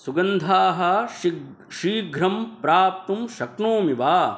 सुगन्धाः शीघ्रं शीघ्रं प्राप्तुं शक्नोमि वा